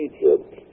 Egypt